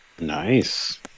nice